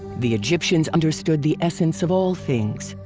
the egyptians understood the essence of all things,